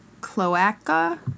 cloaca